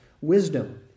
wisdom